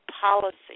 policy